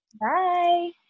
Bye